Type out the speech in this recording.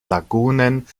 lagunen